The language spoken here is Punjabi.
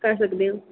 ਕਰ ਸਕਦੇ ਹਾਂ